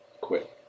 quit